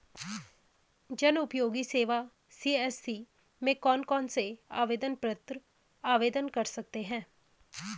जनउपयोगी सेवा सी.एस.सी में कौन कौनसे आवेदन पत्र आवेदन कर सकते हैं?